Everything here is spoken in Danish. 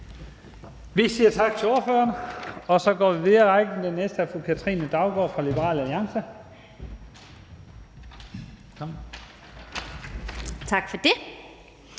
Vi siger tak til ordføreren. Så går vi videre i rækken, og den næste er fru Katrine Daugaard fra Liberal Alliance.